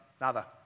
Nada